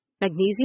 Magnesium